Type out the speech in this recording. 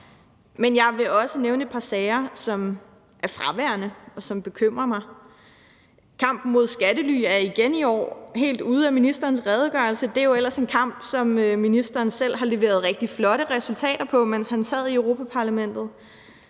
men jeg vil også nævne et par sager, som er fraværende, og som bekymrer mig. Kampen mod skattely er igen i år helt ude af ministerens redegørelse. Det er jo ellers en kamp, som ministeren selv har leveret rigtig flotte resultater på, mens han sad i Europa-Parlamentet.